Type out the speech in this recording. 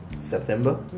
September